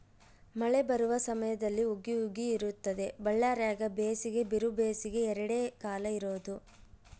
ಮಳೆ ಬರುವ ಸಮಯದಲ್ಲಿ ಹುಗಿ ಹುಗಿ ಇರುತ್ತದೆ ಬಳ್ಳಾರ್ಯಾಗ ಬೇಸಿಗೆ ಬಿರುಬೇಸಿಗೆ ಎರಡೇ ಕಾಲ ಇರೋದು